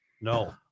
No